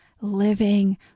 living